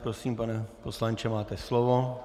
Prosím, pane poslanče, máte slovo.